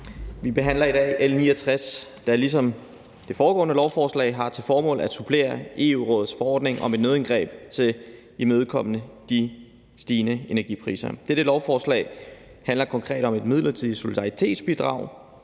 Vi behandler i dag L 69, der ligesom det foregående lovforslag har til formål at supplere Europarådets forordning om et nødindgreb til at imødegå de stigende energipriser. Dette lovforslag handler konkret om et midlertidigt solidaritetsbidrag